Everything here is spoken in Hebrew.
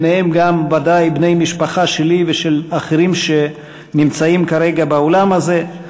ביניהם גם ודאי בני-משפחה שלי ושל אחרים שנמצאים כרגע באולם הזה,